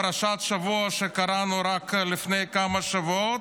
פרשת השבוע שקראנו רק לפני כמה שבועות,